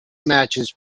matches